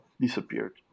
Disappeared